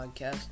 podcast